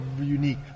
unique